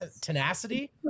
tenacity